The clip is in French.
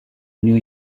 new